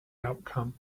outcome